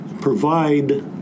provide